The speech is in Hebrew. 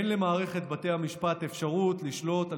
אין למערכת בתי המשפט אפשרות לשלוט על